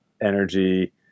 energy